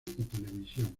televisión